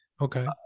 Okay